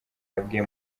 yabwiye